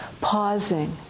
pausing